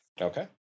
Okay